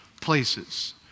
places